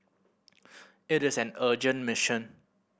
it is an urgent mission